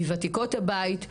מוותיקות הבית.